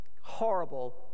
horrible